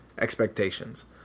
expectations